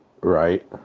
Right